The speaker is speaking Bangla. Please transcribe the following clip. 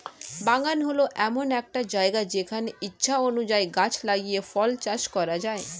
বাগান হল এমন একটা জায়গা যেখানে ইচ্ছা অনুযায়ী গাছ লাগিয়ে ফল চাষ করা যায়